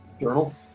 journal